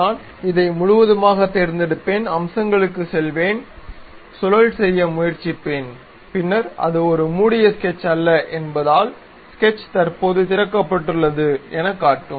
நான் இதை முழுவதுமாகத் தேர்ந்தெடுப்பேன் அம்சங்களுக்குச் செல்வேன் சுழல் செய்ய முயற்சிப்பேன் பின்னர் அது ஒரு மூடிய ஸ்கெட்ச் அல்ல என்பதால் ஸ்கெட்ச் தற்போது திறக்கப்பட்டுள்ளது எனக்காட்டும்